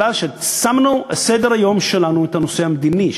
כי שמנו על סדר-היום שלנו את הנושא המדיני,